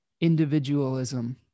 individualism